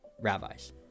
rabbis